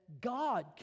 God